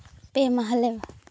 ᱯᱮ ᱢᱟᱦᱟ ᱞᱮ